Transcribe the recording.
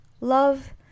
love